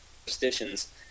superstitions